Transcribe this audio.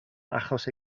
achos